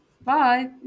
Bye